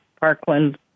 Parkland